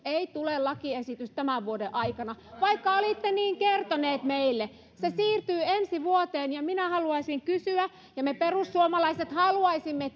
ei tule lakiesitystä tämän vuoden aikana vaikka olitte niin kertoneet meille se siirtyy ensi vuoteen ja minä haluaisin kysyä ja me perussuomalaiset haluaisimme